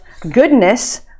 goodness